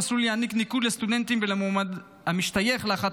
המוסד יעניק ניקוד לסטודנטים ולמשתייך לאחת